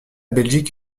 belgique